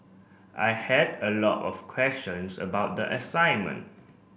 I had a lot of questions about the assignment